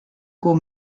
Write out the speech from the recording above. kuu